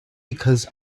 because